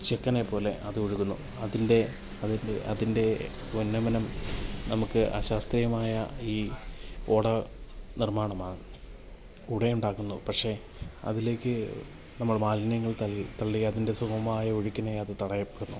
ചെക്കനെ പോലെ അത് ഒഴുകുന്നു അതിന്റെ അതിന്റെ അതിന്റെ ഉന്നമനം നമുക്ക് അശാസ്ത്രീയമായ ഈ ഓട നിർമ്മാണമാണ് കൂട ഉണ്ടാക്കുന്നു പക്ഷേ അതിലേക്ക് നമ്മൾ മാലിന്യങ്ങൾ തള്ളി തള്ളി അതിന്റെ സുഗമമായ ഒഴുക്കിനെ അത് തടയപ്പെടുന്നു